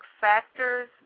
factors